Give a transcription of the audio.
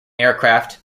aircraft